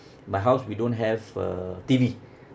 my house we don't have a T_V